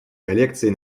коллекций